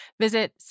Visit